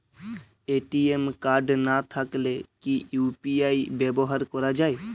ATM card না থাকলে কি ইউ.পি.আই ব্যবহার করা য়ায়?